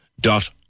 dot